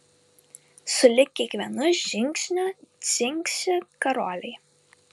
sulig kiekvienu žingsniu dzingsi karoliai